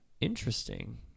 Interesting